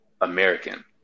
American